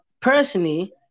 personally